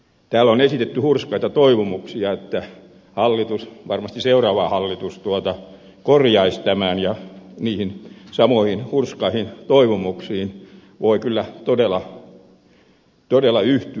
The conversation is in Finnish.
täällä on esitetty hurskaita toivomuksia että hallitus varmasti seuraava hallitus korjaisi tämän ja niihin samoihin hurskaisiin toivomuksiin voi kyllä todella yhtyä